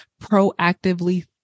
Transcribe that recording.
proactively